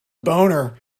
boner